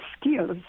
skills